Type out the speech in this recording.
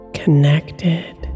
connected